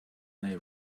may